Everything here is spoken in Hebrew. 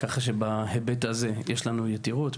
כך שבהיבט הזה יש לנו יתירות,